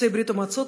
יוצאי ברית המועצות,